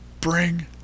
bring